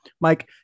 Mike